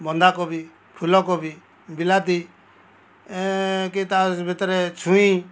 ବନ୍ଧାକୋବି ଫୁଲକୋବି ବିଲାତି କି ତା ଭିତରେ ଛୁଇଁ